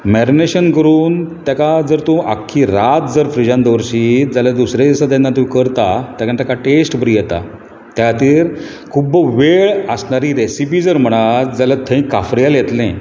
marination करून ताका जर तूं आख्खी रात जर फ्रिजांत दवरशी जाल्यार दुसरे दिसा जेन्ना तूं करता तेन्ना ताका टॅस्ट बरी येता त्या खातीर खूब वेळ आसनारी रेसिपी जर म्हणात जाल्यार थंय काफ्रियल येतलें